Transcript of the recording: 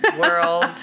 World